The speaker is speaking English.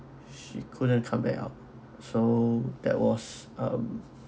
she couldn't come back out so that was um